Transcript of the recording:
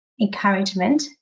encouragement